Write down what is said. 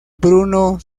bruno